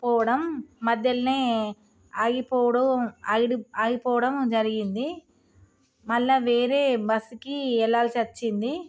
పోవడం మధ్యలో ఆగిపోవడం ఆగిడు ఆగిపోవడం జరిగింది మరల వేరే బస్సుకి వెళ్లాల్సిచ్చింది